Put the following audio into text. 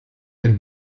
ein